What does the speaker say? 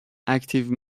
اکتیو